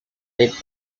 with